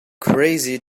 crazy